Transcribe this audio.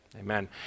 amen